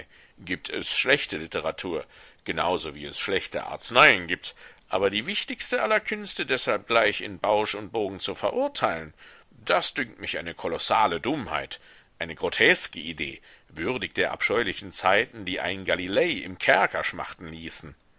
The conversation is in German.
gibt es schlechte literatur genau so wie es schlechte arzneien gibt aber die wichtigste aller künste deshalb gleich in bausch und bogen zu verurteilen das dünkt mich eine kolossale dummheit eine groteske idee würdig der abscheulichen zeiten die einen galilei im kerker schmachten ließen